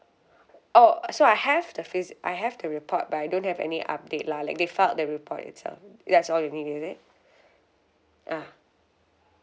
oh uh so I have the physi~ I have the report but I don't have any update lah like they filed that report itself that's all you need is it ah